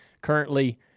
currently